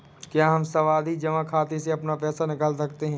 क्या हम सावधि जमा खाते से अपना पैसा निकाल सकते हैं?